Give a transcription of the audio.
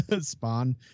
spawn